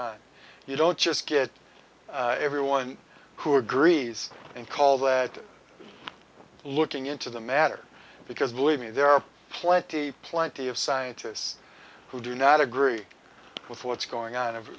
on you don't just get everyone who agrees and call that looking into the matter because believe me there are plenty plenty of scientists who do not agree with what's going on of